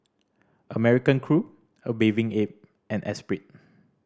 American Crew A Bathing Ape and Esprit